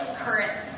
current